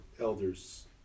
elders